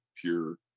pure